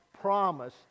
promise